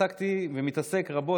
התעסקתי ומתעסק רבות,